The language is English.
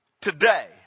today